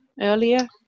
earlier